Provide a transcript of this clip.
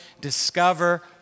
discover